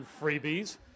freebies